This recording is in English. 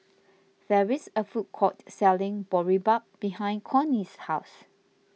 there is a food court selling Boribap behind Connie's house